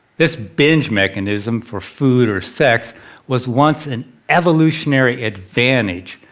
this binge mechanism for food or sex was once an evolutionary advantage.